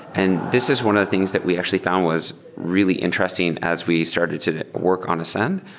and this is one of the things that we actually found was really interesting as we started to work on ascend,